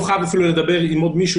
הוא לא חייב אפילו לדבר עם עוד מישהו,